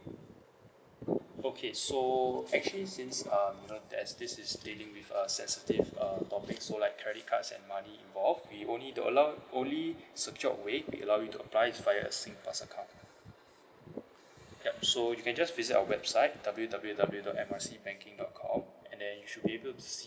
okay so actually since um you know there's this is dealing with a sensitive uh topic so like credit cards and money involved we only to allow only secured way to allow you to apply via a singpass account yup so you can just visit our website W W W dot A B C banking dot com and then you should be able to see